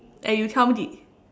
and you tell me de~